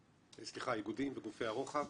בסוגית האיגודים וגופי הרוחב,